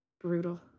Brutal